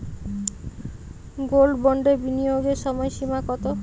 Gold বন্ডে বিনিয়োগের সময়সীমা কতো?